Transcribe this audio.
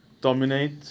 dominate